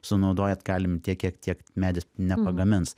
sunaudojat galim tiek kiek medis nepagamins